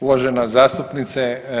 Uvažena zastupnice.